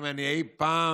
האם אני אי פעם